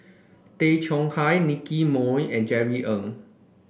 Tay Chong Hai Nicky Moey and Jerry Ng